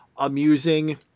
amusing